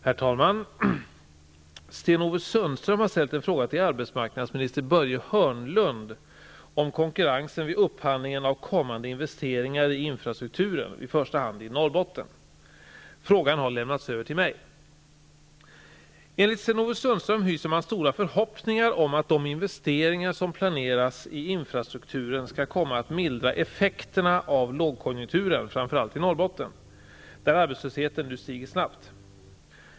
Herr talman! Sten-Ove Sundström har ställt en fråga till arbetsmarknadsminister Börje Hörnlund om konkurrensen vid upphandlingen av kommande investeringar i infrastrukturen, i första hand i Norrbotten. Frågan har lämnats över till mig. Enligt Sten-Ove Sundström hyser man stora förhoppningar om att de investeringar som planeras i infrastrukturen skall komma att mildra effekterna av lågkonjunkturen, framför allt i Norrbotten, där arbetslösheten nu stiger snabbt.